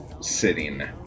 sitting